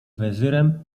wezyrem